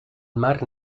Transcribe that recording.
mar